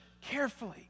carefully